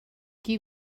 qui